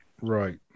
Right